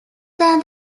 than